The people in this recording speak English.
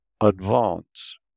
advance